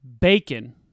bacon